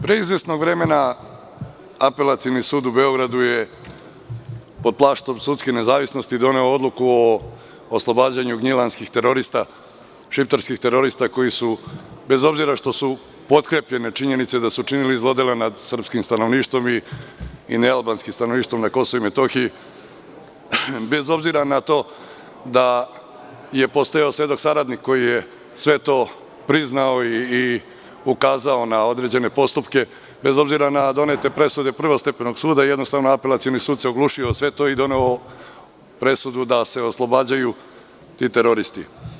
Pre izvesnog vremena Apelacioni sud u Beogradu je pod plaštom sudske nezavisnosti doneo odluku o oslobađanju gnjilanskih terorista, šiptarskih terorista koji su, bez obzira što su potkrepljene činjenice da su činili zlodela nad srpskim stanovništvom i nealbanskim stanovništvom na KiM, bez obzira na to što je postojao svedok saradnik koji je sve to priznao i ukazao na određene postupke, bez obzira na donete presude prvostepenog suda, jednostavno Apelacioni sud se oglušio o sve to i doneo presudu da se oslobađaju ti teroristi.